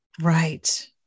Right